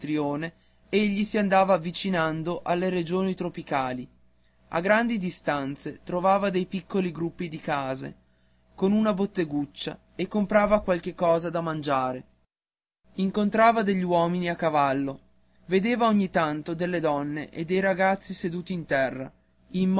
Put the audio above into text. verso settentrione egli si andava avvicinando alle regioni tropicali a grandi distanze trovava dei piccoli gruppi di case con una botteguccia e comprava qualche cosa da mangiare incontrava degli uomini a cavallo vedeva ogni tanto delle donne e dei ragazzi seduti in terra